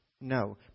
No